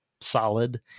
solid